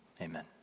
amen